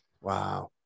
Wow